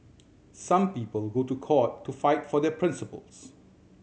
some people go to court to fight for their principles